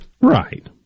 Right